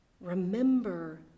remember